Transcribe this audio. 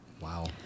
Wow